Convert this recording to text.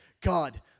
God